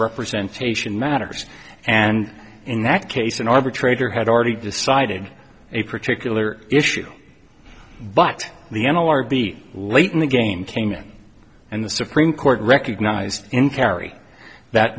representation matters and in that case an arbitrator had already decided a particular issue but the n l r b late in the game came in and the supreme court recognized in kerry that